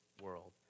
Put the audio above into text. world